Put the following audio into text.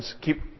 keep